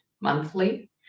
monthly